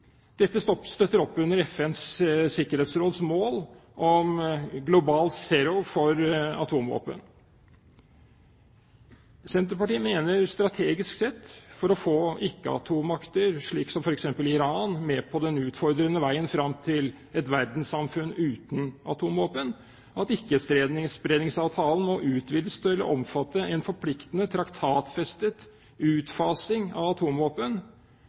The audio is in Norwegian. støtter opp under FNs sikkerhetsråds mål om global zero for atomvåpen. Senterpartiet mener, strategisk sett, at for å få ikkeatommakter, slik som f.eks. Iran, med på den utfordrende veien fram til et verdenssamfunn uten atomvåpen må Ikke-spredningsavtalen utvides til å omfatte en forpliktende traktatfestet utfasing av atomvåpen